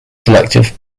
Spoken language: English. selective